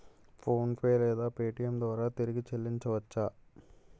PhonePe లేదా Paytm ద్వారా తిరిగి చల్లించవచ్చ?